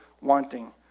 wanting